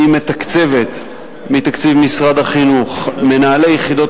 היא מתקצבת מתקציב משרד החינוך מנהלי יחידות